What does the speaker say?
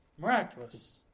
Miraculous